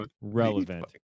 relevant